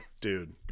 Dude